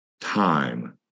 time